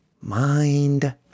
Mind